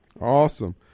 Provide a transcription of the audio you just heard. Awesome